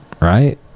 right